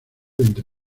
entre